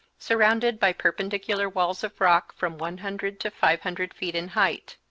surrounded by perpendicular walls of rock from one hundred to five hundred feet in height.